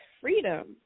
freedom